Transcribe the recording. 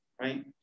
right